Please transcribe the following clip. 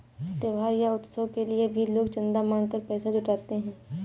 त्योहार या उत्सव के लिए भी लोग चंदा मांग कर पैसा जुटाते हैं